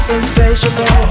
Insatiable